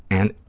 and